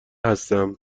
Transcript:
هستم